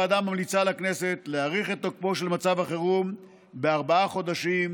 הוועדה ממליצה לכנסת להאריך את תוקפו של מצב החירום בארבעה חודשים,